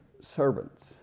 servants